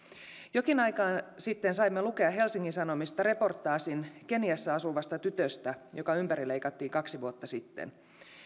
jokin aika sitten saimme lukea helsingin sanomista reportaasin keniassa asuvasta tytöstä joka ympärileikattiin kaksi vuotta sitten